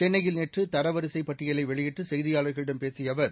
சென்னையில் நேற்று தரவரிசைப் பட்டியலை வெளியிட்டு செய்தியாளர்களிடம் பேசிய அவர்